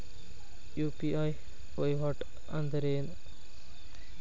UPI ವಹಿವಾಟ್ ಅಂದ್ರೇನು?